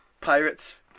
Pirates